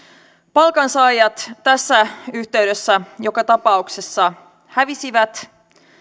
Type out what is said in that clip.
palkansaajat tässä yhteydessä joka tapauksessa hävisivät